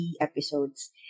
episodes